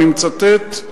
אני מצטט: